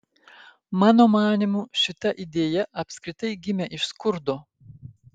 mano manymu šita idėja apskritai gimė iš skurdo